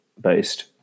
based